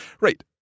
Right